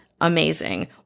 Amazing